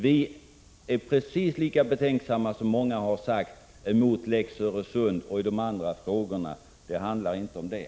Vi är precis lika betänksamma, som många sagt här, i fråga om Lex Öresund som i andra frågor. Men det handlar inte om det.